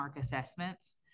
assessments